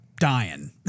dying